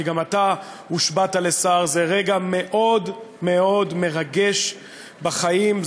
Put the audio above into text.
כי גם אתה הושבעת לשר: זה רגע מרגש מאוד מאוד בחיים.